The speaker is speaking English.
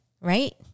Right